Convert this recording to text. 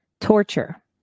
torture